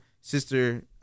sister